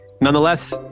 Nonetheless